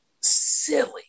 silly